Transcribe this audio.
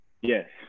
Yes